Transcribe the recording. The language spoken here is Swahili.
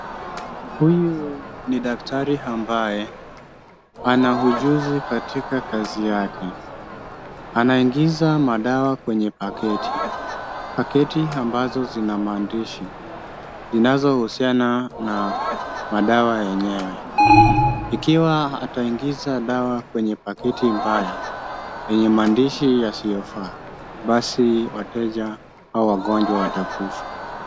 Huyu ni daktari ambaye ana ujuzi katika kazi yake. Anaingiza madawa kwenye paketi, paketi ambazo zina maandishi zinazohusiana na madawa yenyewe. Ikiwa ataingiza dawa kwenye paketi mbaya yenye maandishi yasiyofaa, basi wateja au wagonjwa watakufa.